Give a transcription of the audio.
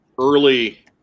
early